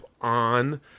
on